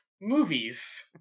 movies